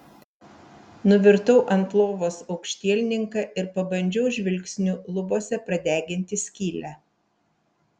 nuvirtau ant lovos aukštielninka ir pabandžiau žvilgsniu lubose pradeginti skylę